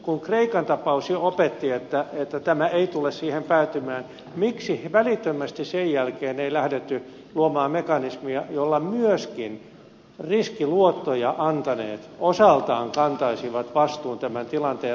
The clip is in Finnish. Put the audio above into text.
kun kreikan tapaus jo opetti että tämä ei tule siihen päätymään miksi välittömästi sen jälkeen ei lähdetty luomaan mekanismia jolla myöskin riskiluottoja antaneet osaltaan kantaisivat vastuun tämän tilanteen ratkaisemiseksi